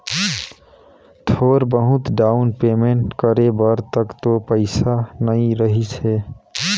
थोर बहुत down payment करे बर तक तो पइसा नइ रहीस हे